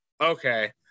Okay